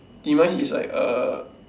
demise is like uh